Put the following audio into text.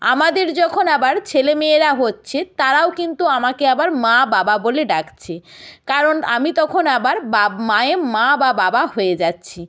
আমাদের যখন আবার ছেলে মেয়েরা হচ্ছে তারাও কিন্তু আমাকে আবার মা বাবা বলে ডাকছে কারণ আমি তখন আবার বা মায়ে মা বা বাবা হয়ে যাচ্ছি